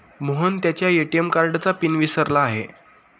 मोहन त्याच्या ए.टी.एम कार्डचा पिन विसरला आहे